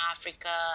Africa